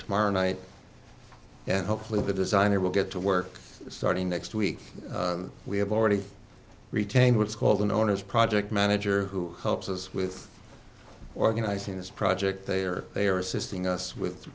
tomorrow night and hopefully the designer will get to work starting next week we have already retained what's called an owner's project manager who helps us with organizing this project they are they are assisting us with